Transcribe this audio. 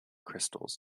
crystals